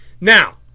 Now